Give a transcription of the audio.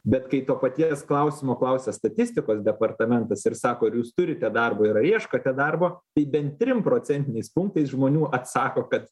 bet kai to paties klausimo klausia statistikos departamentas ir sako ar jūs turite darbą ir ar ieškote darbo tai bent trim procentiniais punktais žmonių atsako kad